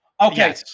Okay